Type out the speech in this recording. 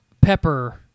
Pepper